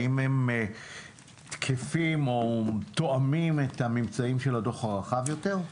האם הם תקפים או תואמים את הממצאים של הדוח הרחב יותר?